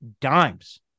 dimes